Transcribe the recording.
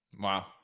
Wow